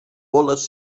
boles